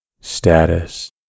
status